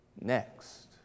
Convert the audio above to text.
next